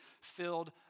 filled